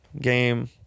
game